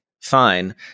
fine